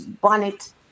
bonnet